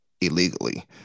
illegally